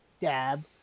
dab